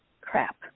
crap